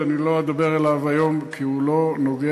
ואני לא אדבר עליו היום כי הוא לא נוגע,